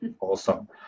Awesome